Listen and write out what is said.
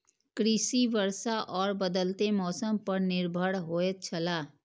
कृषि वर्षा और बदलेत मौसम पर निर्भर होयत छला